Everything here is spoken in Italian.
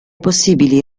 possibili